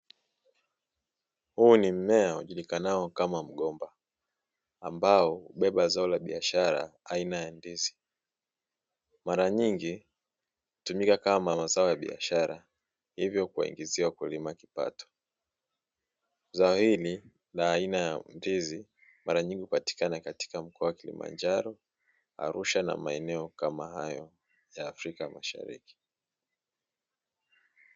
Huu ni mmea ujulikanao kama mgomba ambao hubeba zao la biashara aina ya ndizi. Mara nyingi hukumika kama mazao ya biashara, hivyo kuwaingizia wakulima kipato. Zao hili la aina ya ndizi mara nyingi hupatikana katika mkoa wa Kilimanjaro, Arusha na maeneo kama hayo ya Afrika mashariki.